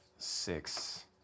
six